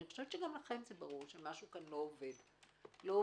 אני חושבת שגם לכם ברור שמשהו פה לא עובד, ובגדול.